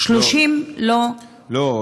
לא,